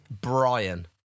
Brian